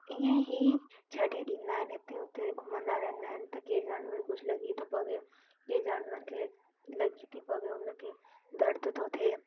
ईअं ई छॾे ॾींदा आहिनि हिते हुते घुमंदा रहंदा आहिनि त के जानवर कुझु लॻी थो पवे के जानवर खे लॻी थी पवे उन खे दर्द थो थिए